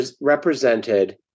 represented